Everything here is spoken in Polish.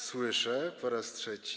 Słyszę po raz trzeci.